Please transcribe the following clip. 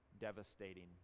devastating